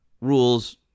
rules